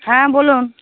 হ্যাঁ বলুন